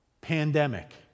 pandemic